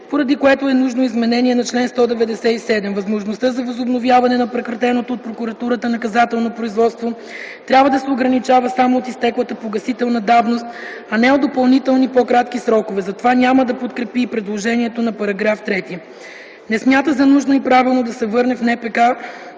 поради което е ненужно и изменението на чл. 197, възможността за възобновявяне на прекратеното от прокурора наказателно производство трябва да се ограничава само от изтеклата погасителна давност, а не и от допълнителни по-кратки срокове, затова няма да подкрепи и предложения § 3. Не смята за нужно и правилно да се върне в НПК,